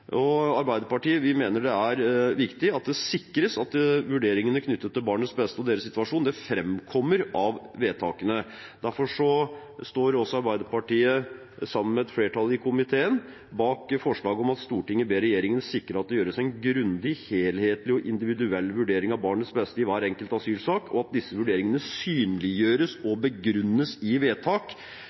Arbeiderpartiet mener det er viktig at det sikres at vurderingene knyttet til barnets beste og deres situasjon framkommer i vedtakene. Derfor står Arbeiderpartiet – sammen med et flertall i komiteen – bak dette forslaget til vedtak: «Stortinget ber regjeringen sikre at det gjøres en grundig, helhetlig og individuell vurdering av barnets beste i hver enkelt asylsak, og at disse vurderingene synliggjøres og begrunnes i vedtak,